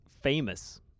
famous